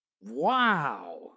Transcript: Wow